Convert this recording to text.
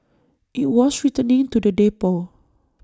IT was returning to the depot